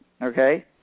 Okay